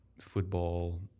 football